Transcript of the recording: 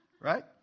Right